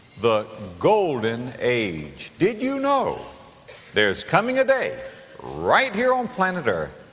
the golden age. did you know there's coming a day right here on planet earth